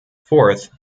fourth